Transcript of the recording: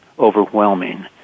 overwhelming